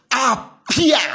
appear